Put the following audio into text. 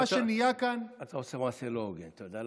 אתה עושה מעשה לא הוגן, אתה יודע למה?